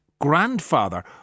grandfather